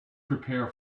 prepare